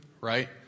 right